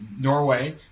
Norway